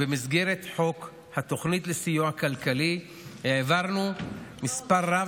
ובמסגרת חוק התוכנית לסיוע כלכלי העברנו מספר רב